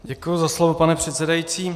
Děkuji za slovo, pane předsedající.